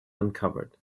uncovered